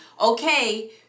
Okay